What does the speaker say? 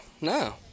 no